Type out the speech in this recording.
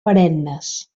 perennes